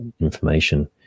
information